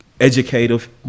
educative